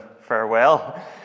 farewell